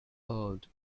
old